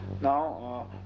Now